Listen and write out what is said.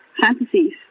fantasies